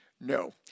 No